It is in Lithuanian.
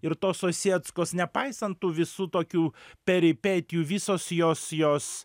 ir tos osieckos nepaisant tų visų tokių peripetijų visos jos jos